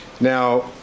Now